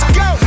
go